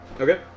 Okay